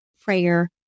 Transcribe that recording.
prayer